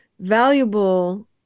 valuable